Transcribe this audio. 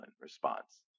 response